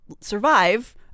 survive